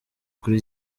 kuri